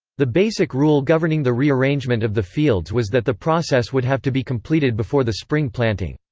the basic rule governing the rearrangement of the fields was that the process would have to be completed before the spring planting.